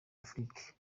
afrique